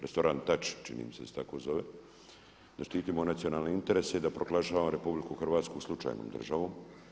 Restoran Tač čini mi se da se tako zove, da štitimo nacionalne interese i da proglašavamo RH slučajnom državom.